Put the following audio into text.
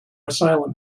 asylum